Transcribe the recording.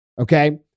okay